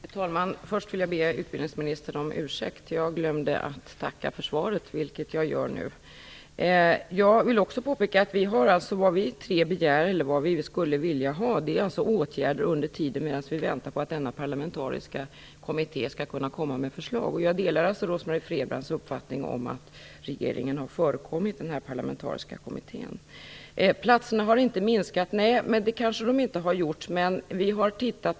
Fru talman! Först vill jag be utbildningsministern om ursäkt. Jag glömde att tacka för svaret, vilket jag gör nu. Jag vill också påpeka att det vi tre begär eller skulle vilja ha är åtgärder under tiden vi väntar på att den parlamentariska kommittén skall komma med förslag. Jag delar alltså Rose-Marie Frebrans uppfattning att regeringen har förekommit den parlamentariska kommittén. Platserna har inte minskat, säger utbildningsministern. Nej, det kanske de inte har gjort.